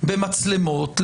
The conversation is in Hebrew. במצלמות,